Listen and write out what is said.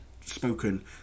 spoken